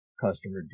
customer